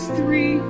three